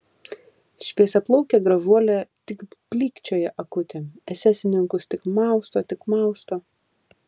šviesiaplaukė gražuolė tik blykčioja akutėm esesininkus tik mausto tik mausto